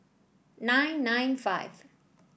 nine nine five